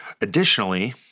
Additionally